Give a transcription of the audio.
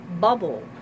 bubble